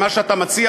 מה שאתה מציע,